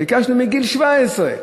ביקשנו מגיל 17,